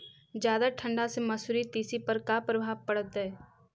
जादा ठंडा से मसुरी, तिसी पर का परभाव पड़तै?